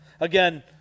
Again